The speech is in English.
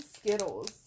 Skittles